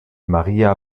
maria